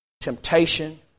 temptation